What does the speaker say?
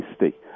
tasty